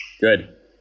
Good